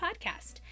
podcast